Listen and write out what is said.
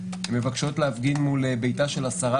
ביקשו להבין מול ביתה של השרה,